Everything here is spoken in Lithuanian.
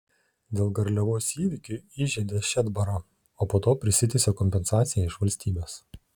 dėl garliavos įvykių įžeidė šedbarą o po to prisiteisė kompensaciją iš valstybės